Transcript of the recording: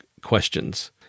questions